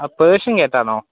ആ പേർഷ്യൻ ക്യാറ്റാണോ